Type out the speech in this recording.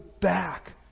back